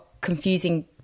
confusing